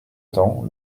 temps